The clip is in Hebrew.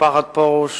משפחת פרוש